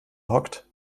hockt